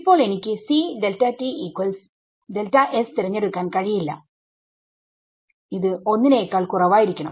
ഇപ്പോൾ എനിക്ക് തിരഞ്ഞെടുക്കാൻ കഴിയില്ല ഇത് 1 നേക്കാൾ കുറവായിരിക്കണം